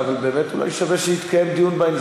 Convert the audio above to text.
אבל באמת אולי שווה שיתקיים דיון בנושא.